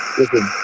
listen